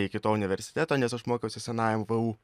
iki to universiteto nes aš mokiausi senajam vu